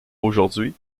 aujourd’hui